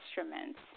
instruments